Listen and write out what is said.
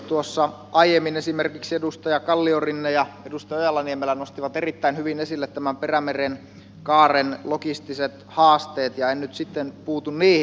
tuossa aiemmin esimerkiksi edustaja kalliorinne ja edustaja ojala niemelä nostivat erittäin hyvin esille tämän perämerenkaaren logistiset haasteet ja en nyt sitten puutu niihin